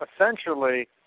Essentially